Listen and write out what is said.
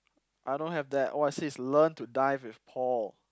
I don't have that what's this learn to dive with Paul